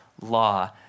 law